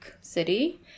city